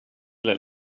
let